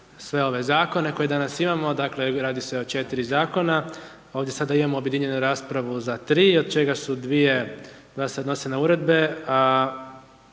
sve ove zakone koje danas imamo, dakle, radi se o 4 zakona. Ovdje sada imamo objedinjenu raspravu za 3 od čega se 2 odnose na uredbe,